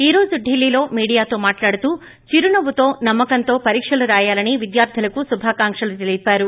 ఈ రోజు ఢిల్ల్లో మీడియాతో మాట్లాడుతూ చిరునవ్వుతో నమ్మ కంతో పరీక్షలు రాయాలని విద్యార్లులకు శుభాకాంక్షలు తెలిపారు